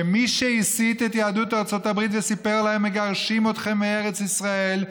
שמי שהסית את יהדות ארצות הברית וסיפר להם שמגרשים אתכם מארץ ישראל,